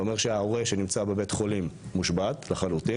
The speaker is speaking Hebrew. זה אומר שההורה שנמצא בבית חולים מושבת לחלוטין